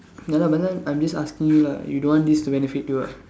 ya lah but then I'm just asking you lah you don't want this to benefit you ah